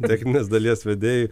techninės dalies vedėjui